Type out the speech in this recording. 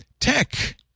Tech